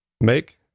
Make